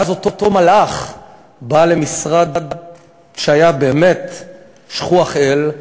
ואז אותו מלאך בא למשרד שהיה באמת שכוח-אל,